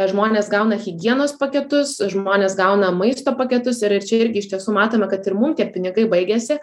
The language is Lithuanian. žmonės gauna higienos paketus žmonės gauna maisto paketus ir ir čia irgi iš tiesų matome kad ir mum tie pinigai baigėsi